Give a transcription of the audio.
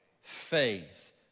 Faith